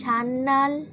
channel